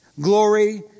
Glory